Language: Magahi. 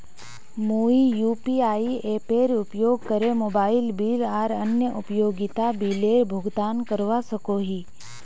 मुई यू.पी.आई एपेर उपयोग करे मोबाइल बिल आर अन्य उपयोगिता बिलेर भुगतान करवा सको ही